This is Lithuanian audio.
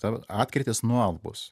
tavo atkirtis nualpus